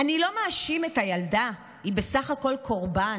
"אני לא מאשים את הילדה, היא בסך הכול קורבן.